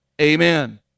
amen